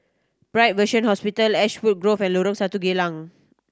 Bright Vision Hospital Ashwood Grove and Lorong Geylang